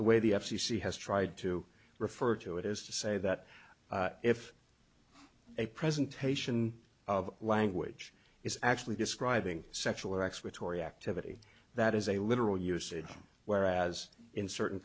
the way the f c c has tried to refer to it is to say that if a presentation of language is actually describing sexual acts retore activity that is a literal use it whereas in certain